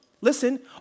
listen